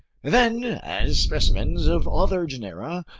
then, as specimens of other genera,